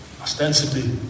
ostensibly